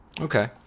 Okay